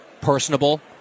personable